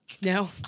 no